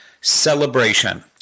celebration